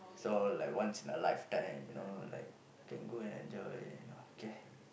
so like once in your lifetime you know like can go and enjoy okay